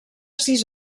sis